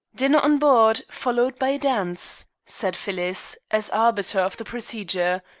dinner on board, followed by a dance, said phyllis, as arbiter of the procedure.